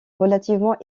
relativement